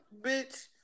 bitch